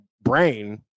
Brain